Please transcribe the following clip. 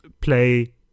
play